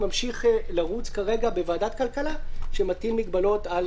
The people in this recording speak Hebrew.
שממשיך לרוץ כרגע בוועדת הכלכלה שמטיל מגבלות על